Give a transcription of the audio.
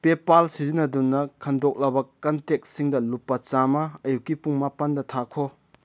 ꯄꯦꯄꯥꯜ ꯁꯤꯖꯤꯟꯅꯗꯨꯅ ꯈꯟꯗꯣꯛꯂꯕ ꯀꯟꯇꯦꯛꯁꯤꯡꯗ ꯂꯨꯄꯥ ꯆꯥꯝꯃ ꯑꯌꯨꯛꯀꯤ ꯄꯨꯡ ꯃꯥꯄꯟꯗ ꯊꯥꯈꯣ